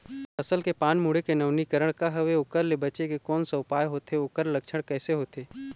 फसल के पान मुड़े के नवीनीकरण का हवे ओकर ले बचे के कोन सा उपाय होथे ओकर लक्षण कैसे होथे?